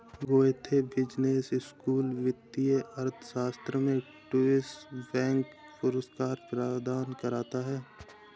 Goethe business school वित्तीय अर्थशास्त्र में ड्यूश बैंक पुरस्कार प्रदान करता है